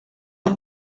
ere